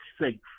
safe